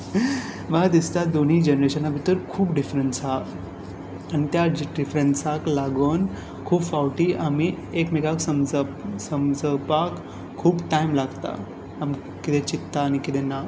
म्हाका दिसता दोनूय जेनरेशना भितर खूब डिफरंस आसा आनी त्या डिफरंसाक लागून खूब फावटी आमी एकमेकाक समजपाक खूब टायम लागता आमी कितें चिंत्ता आनी कितें ना